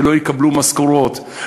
לא יקבלו משכורות.